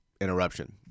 interruption